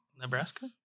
Nebraska